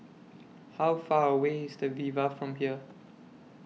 How Far away IS The Viva from here